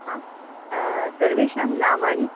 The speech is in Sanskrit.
आं सर्वेषां नामानि